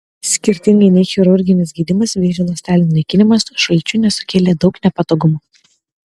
skirtingai nei chirurginis gydymas vėžio ląstelių naikinimas šalčiu nesukėlė daug nepatogumų